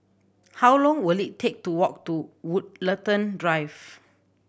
how long will it take to walk to Woollerton Drive